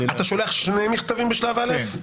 אתה שולח שני מכתבים בשלב א'?